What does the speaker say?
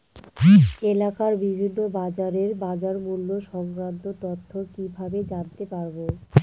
এলাকার বিভিন্ন বাজারের বাজারমূল্য সংক্রান্ত তথ্য কিভাবে জানতে পারব?